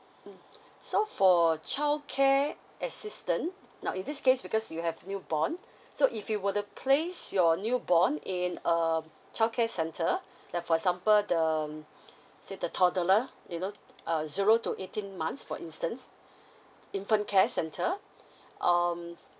mmhmm so for childcare assistance now in this case because you have newborn so if you were to place your newborn in um childcare centre like for example the say the toddler you know uh zero to eighteen months for instance infant care centre um